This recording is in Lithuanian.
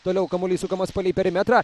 toliau kamuolys sukamas palei perimetrą